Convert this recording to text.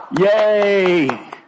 yay